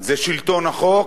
זה שלטון החוק,